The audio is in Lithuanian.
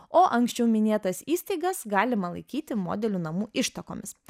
o anksčiau minėtas įstaigas galima laikyti modelių namų ištakomis